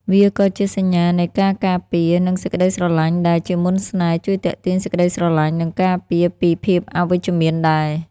វាជាក៏សញ្ញានៃការការពារ និងសេចក្ដីស្រឡាញ់ដែល ជាមន្តស្នេហ៍ ជួយទាក់ទាញសេចក្ដីស្រលាញ់ និងការពារពីភាពអវិជ្ជមានដែរ។